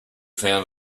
found